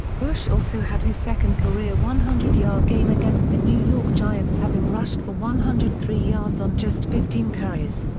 bush also had his second career one hundred yard game against the new york giants having rushed for one hundred and three yards on just fifteen carries.